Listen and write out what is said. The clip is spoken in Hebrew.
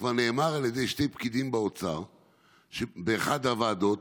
כבר נאמר על ידי שני פקידים באוצר באחת הוועדות,